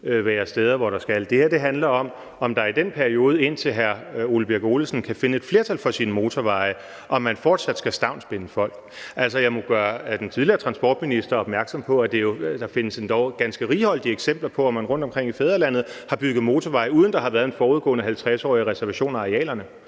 det. Det handler om, om man i den periode, indtil hr. Ole Birk Olesen kan finde et flertal for sine motorveje, fortsat skal stavnsbinde folk. Altså, jeg må gøre den tidligere transportminister opmærksom på, at der findes endog ganske righoldige eksempler på, at man rundtomkring i fædrelandet har bygget motorvej, uden at der har været en forudgående 50-års reservation af arealerne.